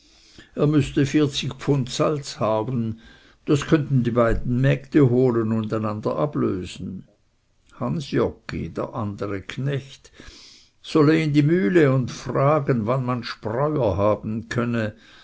er müßte vierzig pfund salz haben das könnten die beiden mägde holen und einander ablösen hans joggi der andere knecht solle in die mühle und fragen wann man spreuer haben könne